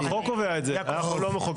החוק קובע את זה, אנחנו לא מחוקקים.